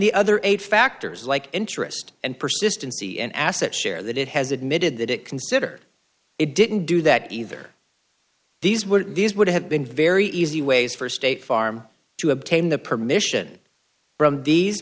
the other eight factors like interest and persistency and asset share that it has admitted that it consider it didn't do that either these were these would have been very easy ways for state farm to obtain the permission from these